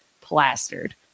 plastered